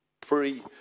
pre-